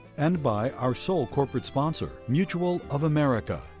and by our sole corporate sponsor, mutual of america,